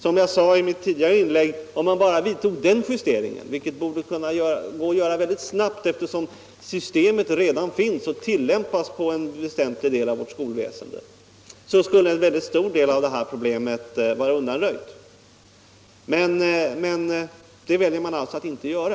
Som jag sade i mitt tidigare inlägg är det så, att om man bara vidtog en sådan justering — vilket borde kunna göras snabbt, eftersom systemet redan finns och tillämpas på en väsentlig del av vårt skolväsende — skulle problemet i betydande utsträckning vara undanröjt. Men det väljer man alltså att inte göra.